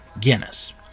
Guinness